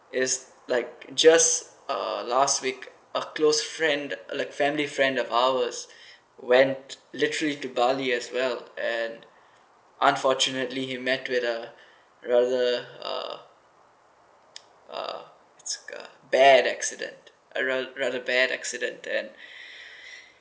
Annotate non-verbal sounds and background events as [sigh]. is like just uh last week a close friend uh like family friend of ours [breath] went literally to bali as well and unfortunately he met with a rather uh [noise] uh it's a bad accident a ra~ rather bad accident at [breath]